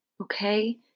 okay